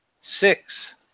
six